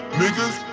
niggas